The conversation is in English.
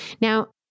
Now